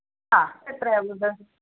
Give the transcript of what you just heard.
ആ എത്രയാവും ഇത്